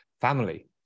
family